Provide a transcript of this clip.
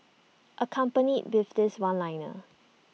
accompanied with this one liner